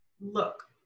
look